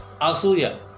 Asuya